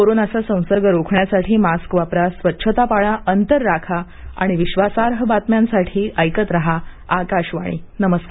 कोरोनाचा संसर्ग रोखण्यासाठी मास्क वापरा स्वच्छता पाळा मान करणार आणि विश्वासार्ह बातम्यांसाठी ऐकत रहा आकाशवाणी नमस्कार